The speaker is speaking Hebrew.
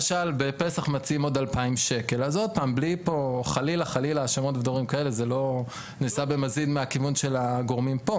להן איזשהו מעמד פרופסיונלי מרשים בלי לשים בצידו תג מחיר,